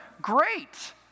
Great